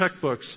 checkbooks